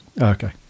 okay